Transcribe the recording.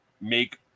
make